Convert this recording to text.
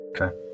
Okay